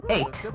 Eight